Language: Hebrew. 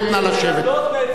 נא לשבת.